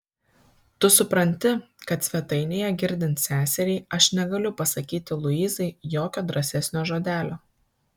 tu supranti kad svetainėje girdint seseriai aš negaliu pasakyti luizai jokio drąsesnio žodelio